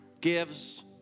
gives